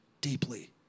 deeply